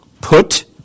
Put